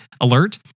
alert